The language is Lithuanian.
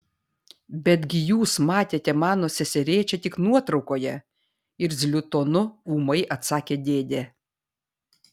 betgi jūs matėte mano seserėčią tik nuotraukoje irzliu tonu ūmai atsakė dėdė